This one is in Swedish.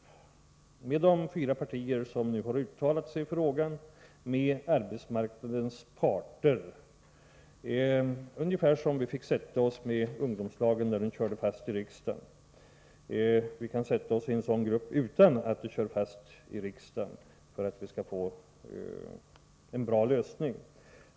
Ta kontakt med de fyra partier som nu har uttalat sig i frågan och med arbetsmarknadens parter, ungefär som vi fick sätta oss med ungdomslagen, när den frågan körde fast i riksdagen. Vi kan sätta oss i en sådan grupp utan att det kör fast i riksdagen, för att vi skall få en bra lösning.